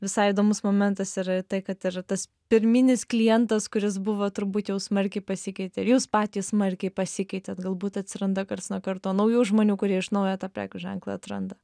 visai įdomus momentas yra tai kad ir tas pirminis klientas kuris buvo turbūt jau smarkiai pasikeitė ir jūs patys smarkiai pasikeitė galbūt atsiranda karts nuo karto naujų žmonių kurie iš naujo tą prekių ženklą atranda